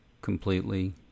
completely